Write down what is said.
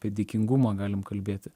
apie dėkingumą galim kalbėti